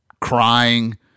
crying